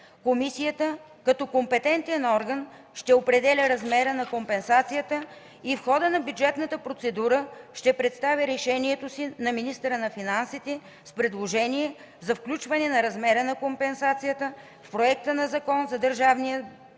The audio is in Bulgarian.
Комисията като компетентен орган ще определя размера на компенсацията и в хода на бюджетната процедура ще представя решението си на министъра на финансите с предложение за включване на размера на компенсацията в Законопроекта за Държавния бюджет